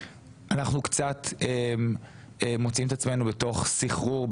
אנחנו קצת מוצאים את עצמנו בתוך סחרור,